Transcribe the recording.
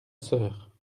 sœur